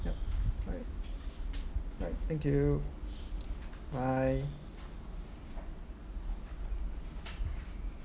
yup alright alright thank you bye